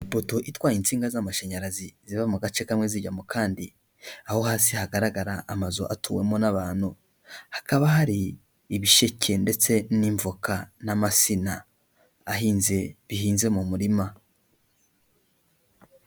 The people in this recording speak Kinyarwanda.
Ipoto itwaye insinga z'amashanyarazi ziva mu gace kamwe zijya mu kandi, aho hasi hagaragara amazu atuwemo n'abantu, hakaba hari ibisheke ndetse n'imvoka n'amasina, ahinze bihinze mu murima.